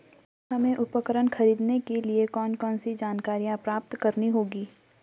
हमें उपकरण खरीदने के लिए कौन कौन सी जानकारियां प्राप्त करनी होगी?